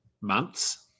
months